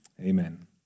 Amen